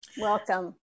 Welcome